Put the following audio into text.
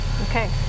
Okay